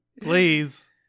Please